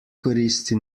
koristi